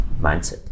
Mindset